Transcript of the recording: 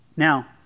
Now